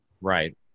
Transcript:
Right